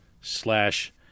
slash